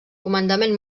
comandament